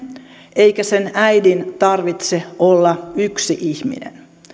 eikä äidin tarvitse olla yksi ihminen